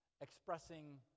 expressing